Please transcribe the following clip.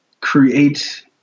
create